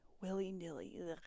willy-nilly